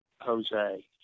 jose